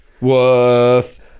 worth